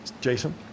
Jason